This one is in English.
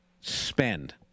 spend